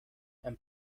and